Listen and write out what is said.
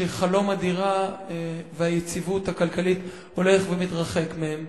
שחלום הדירה והיציבות הכלכלית הולך ומתרחק מהם.